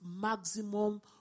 maximum